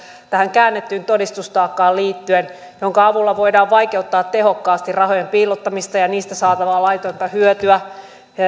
liittyen tähän käännettyyn todistustaakkaan jonka avulla voidaan vaikeuttaa tehokkaasti rahojen piilottamista ja niistä saatavaa laitonta hyötyä